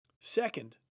Second